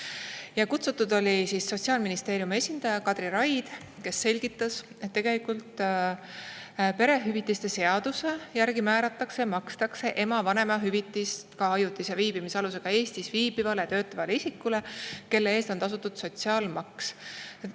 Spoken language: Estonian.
oli kutsutud Sotsiaalministeeriumi esindaja Kadri Raid, kes selgitas, et tegelikult perehüvitiste seaduse järgi määratakse ja makstakse ema vanemahüvitist ka ajutise viibimisalusega Eestis viibivale ja töötavale isikule, kelle eest on tasutud sotsiaalmaks.